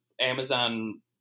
Amazon